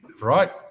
Right